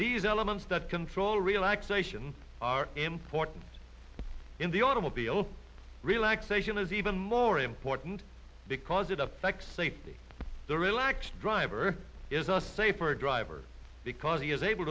these elements that control relaxation are important in the automobile relaxation is even more important because it affects safety the relaxed driver is a safer driver because he is able